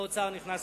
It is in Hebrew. בחקיקה נגד